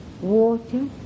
water